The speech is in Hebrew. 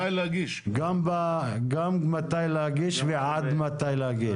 גם מתי להגיש ועד מתי להגיש.